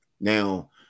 Now